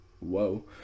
Whoa